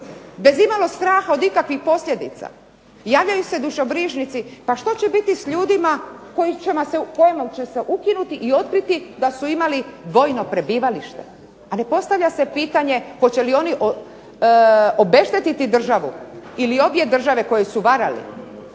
bez imalo straha od ikakvih posljedica javljaju se dušobrižnici, pa što će biti s ljudima kojima će se otkriti i ukinuti da su imali dvojno prebivalište. Ali postavlja se pitanje hoće li oni obeštetiti državu ili obje države koje su varali.